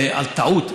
והטעות,